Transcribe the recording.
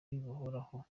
buhoraho